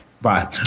Bye